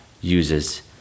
uses